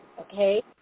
Okay